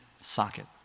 socket